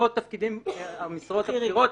לגבי המשרות הבכירות,